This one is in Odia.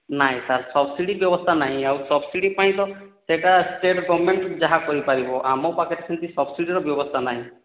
ନାହିଁ ସାର ସବସିଡ଼ି ବ୍ୟବସ୍ଥା ନାହିଁ ସବସିଡ଼ି ତ ସେହିଟା ଷ୍ଟେଟ୍ ଗଭର୍ନମେଣ୍ଟ ଯାହା କହିବ ଆମ ପାଖରେ ସେମିତି ସବସିଡ଼ିର ବ୍ୟବସ୍ଥା ନାହିଁ